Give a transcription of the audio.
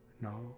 No